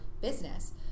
business